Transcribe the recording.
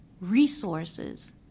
resources